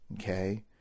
Okay